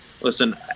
listen